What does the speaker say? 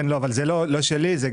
זה לא שלי,